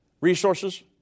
resources